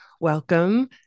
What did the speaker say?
welcome